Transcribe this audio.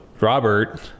Robert